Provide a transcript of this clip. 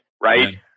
right